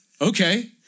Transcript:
Okay